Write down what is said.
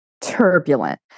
turbulent